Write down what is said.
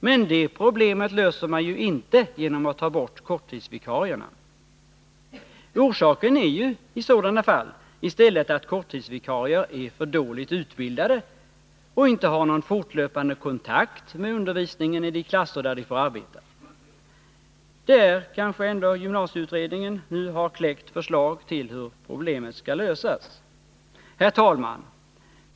Men det problemet löser man ju inte genom att ta bort korttidsvikarierna. Orsaken är ju i sådana fall i stället att korttidsvikarier är för dåligt utbildade och inte har någon fortlöpande kontakt med undervisningen i de klasser där de får arbete. Där kanske ändå gymnasieutredningen nu har kläckt förslag till hur problemet skall lösas. Herr talman!